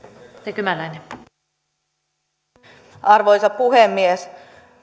arvoisa puhemies